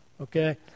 okay